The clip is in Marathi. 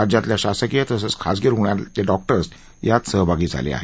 राज्यातल्या शासकीय तसंच खाजगी रुग्णालयातले डॉक्टर्स यात सहभागी झाले आहेत